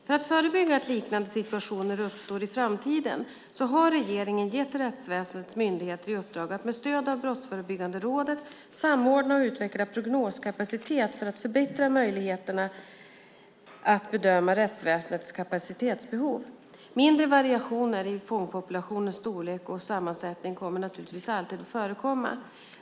För att förebygga att liknande situationer uppstår i framtiden har regeringen gett rättsväsendets myndigheter i uppdrag att med stöd av Brottsförebyggande rådet samordna och utveckla prognosarbetet för att förbättra möjligheterna att bedöma rättsväsendets kapacitetsbehov. Mindre variationer i fångpopulationens storlek och sammansättning kommer naturligtvis alltid att förekomma.